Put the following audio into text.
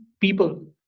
people